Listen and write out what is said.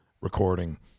recording